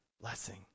blessing